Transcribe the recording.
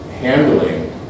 handling